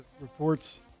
reports